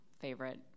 favorite